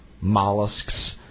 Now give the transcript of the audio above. mollusks